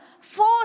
four